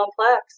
complex